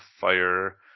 fire